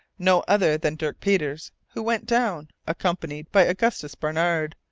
no other than dirk peters, who went down, accompanied by augustus barnard,